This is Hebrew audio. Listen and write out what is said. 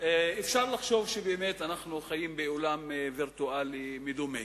אפשר לחשוב שאנחנו חיים בעולם וירטואלי, מדומה.